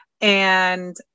And-